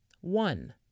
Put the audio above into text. One